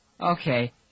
Okay